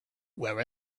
were